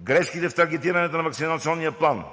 грешките в таргетирането на Ваксинационния план